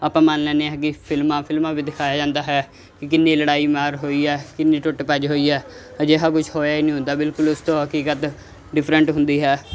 ਆਪਾਂ ਮੰਨ ਲੈਂਦੇ ਅੱਗੇ ਫਿਲਮਾਂ ਫਿਲਮਾਂ ਵੀ ਦਿਖਾਇਆ ਜਾਂਦਾ ਹੈ ਕਿੰਨੀ ਲੜਾਈ ਮਾਰ ਹੋਈ ਹੈ ਕਿੰਨੀ ਟੁੱਟ ਭੱਜ ਹੋਈ ਆ ਅਜਿਹਾ ਕੁਝ ਹੋਇਆ ਹੀ ਨਹੀਂ ਹੁੰਦਾ ਬਿਲਕੁਲ ਉਸ ਤੋਂ ਹਕੀਕਤ ਡਿਫਰੈਂਟ ਹੁੰਦੀ ਹੈ